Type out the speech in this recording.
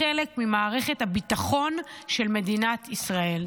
לחלק ממערכת הביטחון של מדינת ישראל.